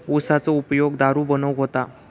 उसाचो उपयोग दारू बनवूक होता